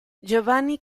giovanni